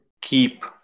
keep